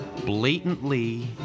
blatantly